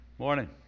Morning